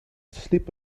sleep